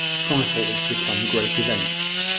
trifles become great events,